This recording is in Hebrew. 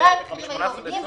אולי המחירים היו יורדים --- זו